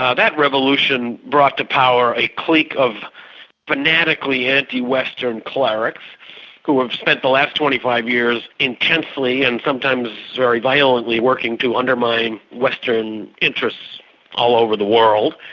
ah that revolution brought to power a clique of fanatically anti-western clerics who have spent the last twenty five years intensely and sometimes very violently working to undermine western interests all over the world.